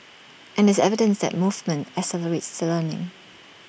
and there's evidence that movement accelerates the learning